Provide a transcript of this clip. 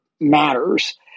matters